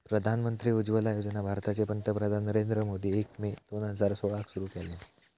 प्रधानमंत्री उज्ज्वला योजना भारताचे पंतप्रधान नरेंद्र मोदींनी एक मे दोन हजार सोळाक सुरू केल्यानी